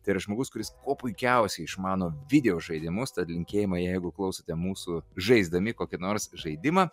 tai yra žmogus kuris kuo puikiausiai išmano videožaidimus tad linkėjimai jeigu klausote mūsų žaisdami kokį nors žaidimą